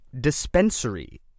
Dispensary